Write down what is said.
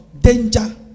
danger